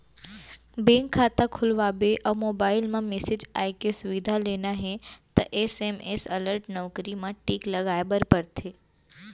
bank खाता खोलवाबे अउ मोबईल म मेसेज आए के सुबिधा लेना हे त एस.एम.एस अलर्ट नउकरी म टिक लगाए बर परथे